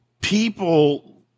People